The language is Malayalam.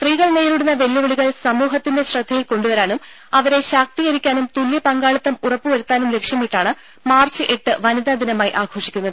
സ്ത്രീകൾ നേരിടുന്ന വെല്ലുവിളികൾ സമൂഹത്തിന്റെ ശ്രദ്ധയിൽ കൊണ്ടുവരാനും അവരെ ശാക്തീകരിക്കാനും തുല്യപങ്കാളിത്തം ഉറപ്പുവരുത്താനും ലക്ഷ്യമിട്ടാണ് മാർച്ച് എട്ട് വനിതാ ദിനമായി ആഘോഷിക്കുന്നത്